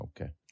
Okay